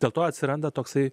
dėl to atsiranda toksai